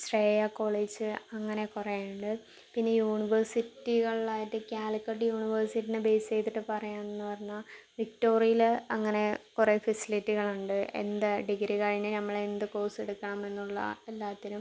Shreya college അങ്ങനെ കുറേ ഉണ്ട് പിന്നെ യൂണിവേഴ്സിറ്റികളായിട്ട് കാലിക്കട്ട് യൂണിവേഴ്സിറ്റിയെ ബെയ്സ് ചെയ്തിട്ട് പറയുകയാണ് എന്ന് പറഞ്ഞാൽ വിക്ടോറിയയിൽ അങ്ങനെ കുറേ ഫെസിലിറ്റികൾ ഉണ്ട് എന്താ ഡിഗ്രി കഴിഞ്ഞ് ഞമ്മൾ എന്ത് കോർസ് എടുക്കണം എന്നുള്ള എല്ലാറ്റിനും